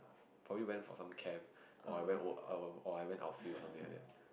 probably went for some camp or I went or I or I went outfield or something like that